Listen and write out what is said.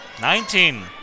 Nineteen